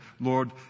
Lord